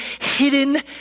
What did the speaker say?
hidden